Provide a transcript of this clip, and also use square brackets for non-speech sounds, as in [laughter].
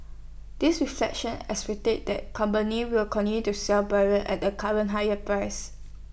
this reflection [unintelligible] that companies will continue to sell barrels at the current higher price